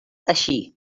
així